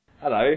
Hello